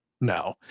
No